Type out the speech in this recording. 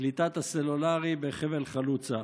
קליטת הסלולרי בחבל חלוצה.